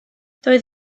doedd